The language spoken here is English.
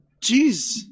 jeez